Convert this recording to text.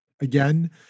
again